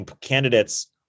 candidates